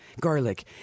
garlic